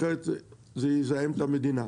אחרת זה יזהם את המדינה,